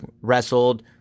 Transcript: wrestled